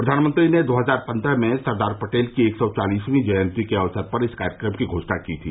प्रधानमंत्री ने दो हजार पन्द्रह में सरदार पटेल की एक सौ चालीसवीं जयंती के अवसर पर इस कार्यक्रम की घोषणा की थी